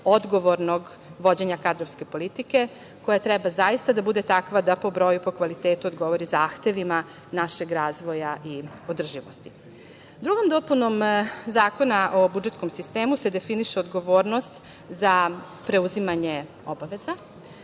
odgovornog vođenja kadrovske politike, koja treba zaista da bude takva da po broju, po kvalitetu odgovori zahtevima našeg razvoja i održivosti. Drugom dopunom Zakona o budžetskom sistemu se definiše odgovornost za preuzimanje obaveza.